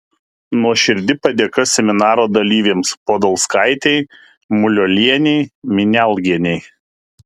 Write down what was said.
nuoširdi padėka seminaro dalyvėms podolskaitei muliuolienei minialgienei